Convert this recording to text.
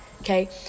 Okay